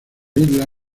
islas